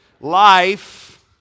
Life